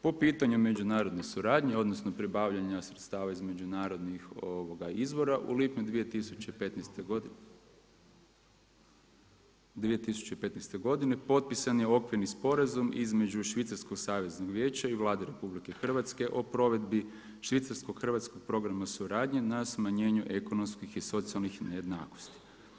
Po pitanju međunarodne suradnje, odnosno pribavljanja sredstava između narodnih izvora u lipnju 2015. godine, potpisan je okvirni sporazum između Švicarskog saveznog vijeća i Vlade Republike Hrvatske, o provedbi Švicarsko-Hrvatskog programa suradnje, na smanjenju ekonomskih i socijalnih nejednakosti.